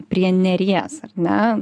prie neries ar ne